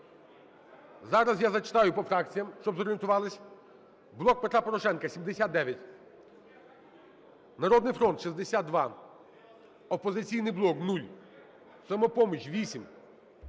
Зараз я зачитаю по фракціях, щоби зорієнтувалися: "Блок Петра Порошенка" – 79, "Народний фронт" – 62, "Опозиційний блок" – 0, "Самопоміч"